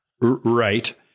right